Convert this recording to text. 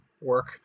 work